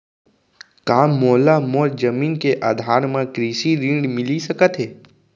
का मोला मोर जमीन के आधार म कृषि ऋण मिलिस सकत हे?